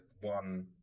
one